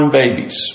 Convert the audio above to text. babies